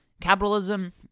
Capitalism